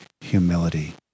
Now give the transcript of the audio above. humility